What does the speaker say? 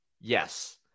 Yes